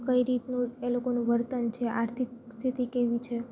કઈ રીતનું એ લોકોનું વર્તન છે આર્થિક સ્થિતિ કેવી છે